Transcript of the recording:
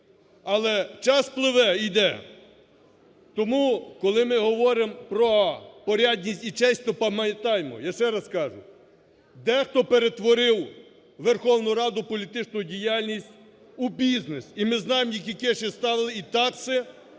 Але час пливе і йде. Тому, коли ми говоримо про порядність і чесність, то пам'ятаємо, я ще раз кажу, дехто перетворив Верховну Раду у політичну діяльність, у бізнес і ми знаємо, які кеші ставили і такси